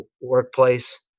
workplace